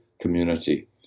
community